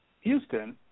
Houston